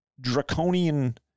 draconian